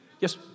Yes